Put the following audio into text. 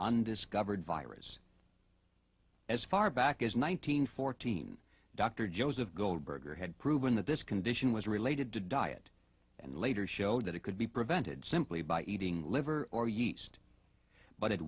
undiscovered virus as far back as one nine hundred fourteen dr joseph goldberger had proven that this condition was related to diet and later showed that it could be prevented simply by eating liver or yeast but it